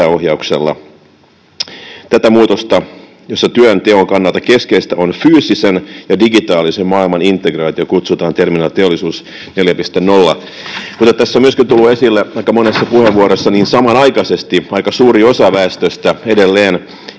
Tätä muutosta, jossa työn teon kannalta keskeistä on fyysisen ja digitaalisen maailman integraatio, kuvataan termillä Teollisuus 4.0.” Mutta kuten tässä on myöskin tullut esille aika monessa puheenvuorossa, samanaikaisesti aika suuri osa väestöstä edelleen